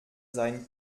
sein